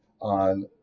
on